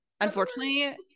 unfortunately